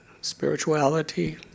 spirituality